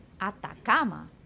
Atacama